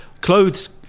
clothes